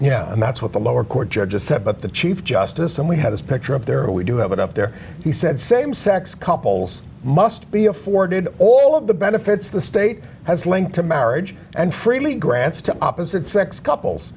yeah and that's what the lower court judge just said but the chief justice and we had this picture up there we do have it up there he said same sex couples must be afforded all of the benefits the state has linked to marriage and freely grants to opposite sex couples